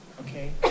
okay